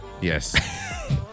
Yes